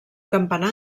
campanar